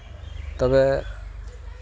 ᱛᱚᱵᱮ